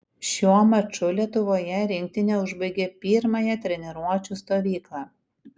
šiuo maču lietuvos rinktinė užbaigė pirmąją treniruočių stovyklą